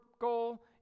goal